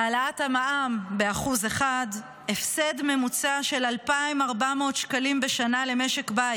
העלאת המע"מ ב-1% הפסד ממוצע של 2,400 שקלים בשנה למשק בית,